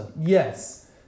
Yes